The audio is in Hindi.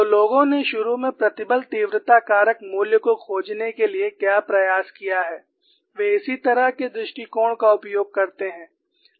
तो लोगों ने शुरू में प्रतिबल तीव्रता कारक मूल्य को खोजने के लिए क्या प्रयास किया है वे इसी तरह के दृष्टिकोण का उपयोग करते हैं